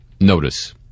notice